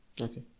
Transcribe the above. okay